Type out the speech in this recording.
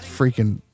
freaking